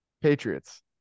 Patriots